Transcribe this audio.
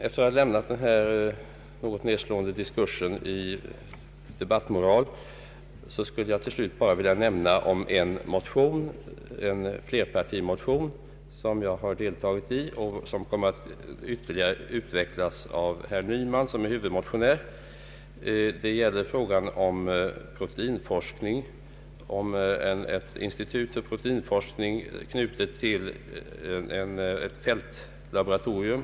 Efter denna något nedslående diskussion om debattmoral skulle jag till slut bara vilja nämna en flerpartimotion, som jag varit med om att underteckna och som kommer att utvecklas ytterligare av herr Nyman, som är huvudmotionär. Den gäller frågan om ett institut för proteinforskning, knutet till ett fältlaboratorium.